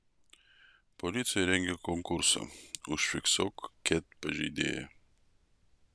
policija rengia konkursą užfiksuok ket pažeidėją